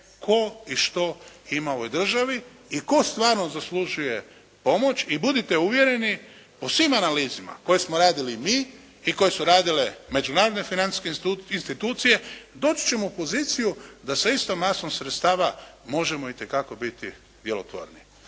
tko i što ima u ovoj državi i tko stvarno zaslužuje pomoć i budite uvjereni po svim analizama koje smo radili mi i koje su radile međunarodne financijske institucije doći ćemo u poziciju da sa istom masom sredstava možemo itekako biti djelotvorni.